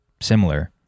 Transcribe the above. similar